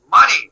money